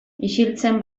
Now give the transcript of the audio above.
isiltzen